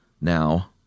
now